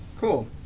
Cool